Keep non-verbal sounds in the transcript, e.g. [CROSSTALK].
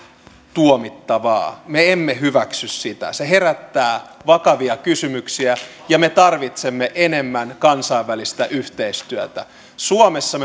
tuomittavaa me emme hyväksy sitä se herättää vakavia kysymyksiä ja me tarvitsemme enemmän kansainvälistä yhteistyötä suomessa [UNINTELLIGIBLE]